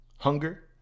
Hunger